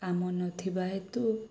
କାମ ନଥିବା ହେତୁ